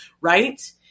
right